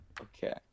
Okay